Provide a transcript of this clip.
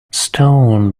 stone